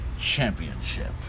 Championship